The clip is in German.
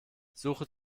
suche